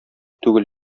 түгел